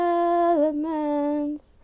elements